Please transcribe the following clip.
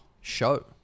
show